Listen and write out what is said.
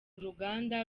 uruganda